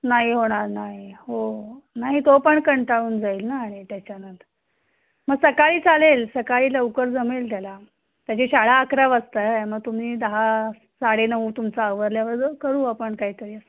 नाही होणार नाही हो नाही तो पण कंटाळून जाईल ना आणि त्याच्यानंतर मग सकाळी चालेल सकाळी लवकर जमेल त्याला त्याची शाळा अकरा वाजता आहे मग तुम्ही दहा साडे नऊ तुमचा आवरल्यावर करू आपण काहीतरी